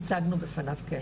הצגנו בפניו, כן.